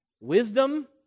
wisdom